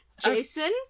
Jason